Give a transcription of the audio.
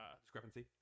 discrepancy